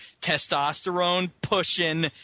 testosterone-pushing